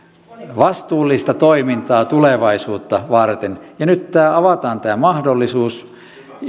vastuullista toimintaa tulevaisuutta varten ja nyt avataan tämä mahdollisuus